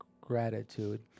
Gratitude